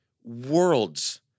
worlds